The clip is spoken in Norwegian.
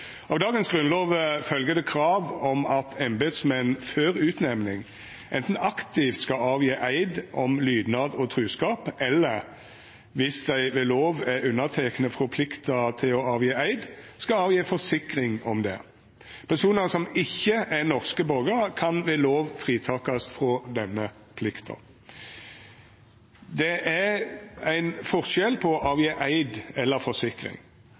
av Grunnlova. Av dagens grunnlov følgjer det krav om at embetsmenn før utnemning anten aktivt skal gjera eid om lydnad og truskap, eller, viss dei ved lov er unnatekne frå plikta til å gjera eid, skal gje forsikring om det. Personar som ikkje er norske borgarar, kan ved lov fritakast frå denne plikta. Det er ein forskjell på å gjera eid eller å gje forsikring.